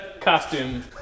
costume